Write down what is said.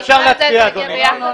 אפשר להצביע אדוני.